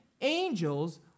angels